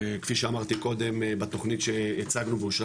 וכפי שאמרתי קודם בתוכנית שהצגנו ואושרה